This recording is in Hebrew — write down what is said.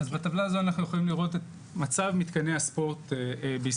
אז בטבלה הזו אנחנו יכולים לראות את מיפוי מתקני הספורט בישראל,